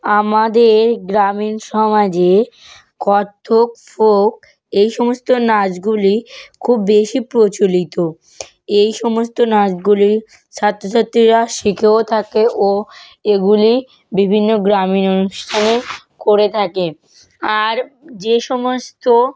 আমাদের গ্রামীণ সমাজে কত্থক ফোক এই সমস্ত নাচগুলি খুব বেশি প্রচলিত এই সমস্ত নাচগুলি ছাত্রছাত্রীরা শিখেও থাকে ও এগুলি বিভিন্ন গ্রামীণ অনুষ্ঠানে করে থাকে আর যে সমস্ত